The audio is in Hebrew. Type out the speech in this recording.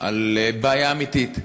על בעיה אמיתית.